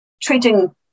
treating